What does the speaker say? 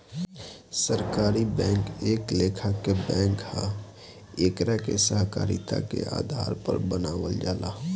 सहकारी बैंक एक लेखा के बैंक ह एकरा के सहकारिता के आधार पर बनावल जाला